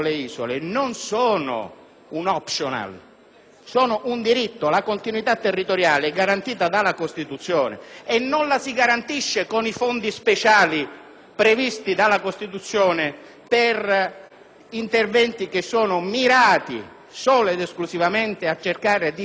ma un diritto: la continuità territoriale è garantita dalla Costituzione e non la si garantisce con i fondi speciali previsti dalla Costituzione per interventi che sono mirati solo ed esclusivamente a cercare di riequilibrare differenze territoriali.